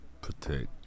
protect